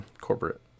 corporate